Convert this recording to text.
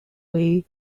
way